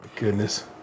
goodness